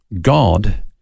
God